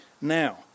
now